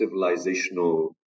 civilizational